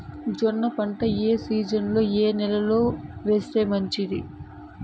జొన్న పంట ఏ సీజన్లో, ఏ నెల లో వేస్తే మంచిది?